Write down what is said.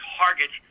target